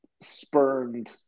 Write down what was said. spurned